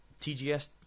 TGS